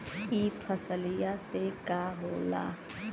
ई फसलिया से का होला?